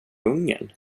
ungern